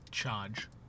Charge